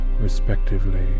respectively